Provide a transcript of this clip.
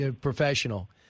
professional